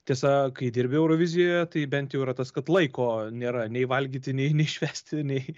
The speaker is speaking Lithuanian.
tiesa kai dirbi eurovizijoje tai bent jau yra tas kad laiko nėra nei valgyti nei švęsti nei